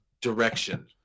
Direction